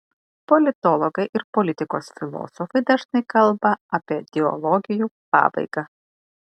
politologai ir politikos filosofai dažnai kalba apie ideologijų pabaigą